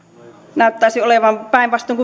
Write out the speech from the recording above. näyttäisi olevan päinvastoin